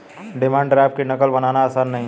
demand draft की नक़ल बनाना आसान नहीं है